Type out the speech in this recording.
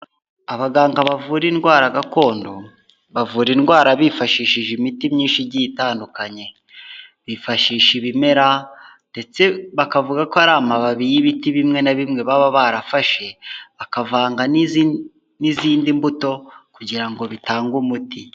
Abaganga bavura indwara gakondo bavura indwara bifashishije imiti myinshi igiye itandukanye, bifashisha ibimera ndetse bakavuga ko ari amababi y'ibiti bimwe na bimwe baba barafashe, bakavanga n'izindi mbuto kugira ngo bitange umuti.